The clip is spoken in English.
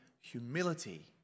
humility